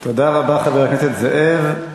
תודה רבה, חבר הכנסת זאב.